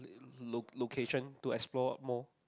lo~ location to explore more